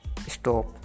stop